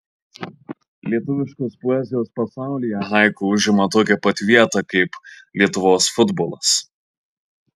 lietuviškos poezijos pasaulyje haiku užima tokią pat vietą kaip lietuvos futbolas